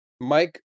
Mike